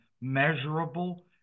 measurable